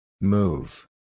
Move